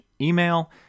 email